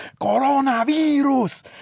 coronavirus